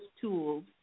tools